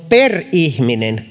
per ihminen